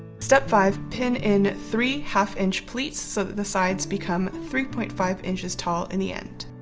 step five. pin in three half inch pleats so that the sides become three point five inches tall in the end.